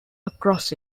across